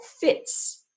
fits